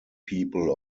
people